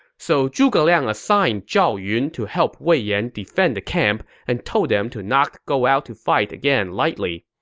so zhuge liang assigned zhao yun to help wei yan defend the camp and told them to not go out to fight again lightly.